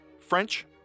French